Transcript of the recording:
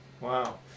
Wow